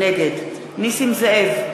נגד נסים זאב,